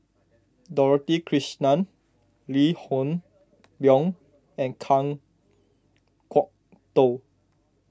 Dorothy Krishnan Lee Hoon Leong and Kan Kwok Toh